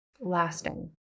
lasting